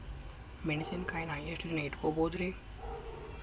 ಮೆಣಸಿನಕಾಯಿನಾ ಎಷ್ಟ ದಿನ ಇಟ್ಕೋಬೊದ್ರೇ?